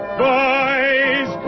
boys